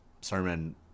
sermon